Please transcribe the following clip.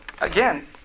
Again